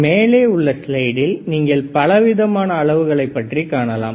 மேலே உள்ள ஸ்லைடில் நீங்கள் பலவிதமான அளவுகளை பற்றி காணலாம்